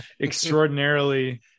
extraordinarily